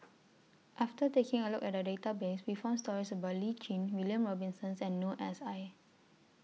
after taking A Look At The Database We found stories about Lee Tjin William Robinson and Noor S I